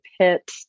pit